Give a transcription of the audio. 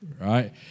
right